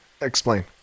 Explain